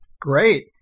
Great